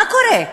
מה קורה?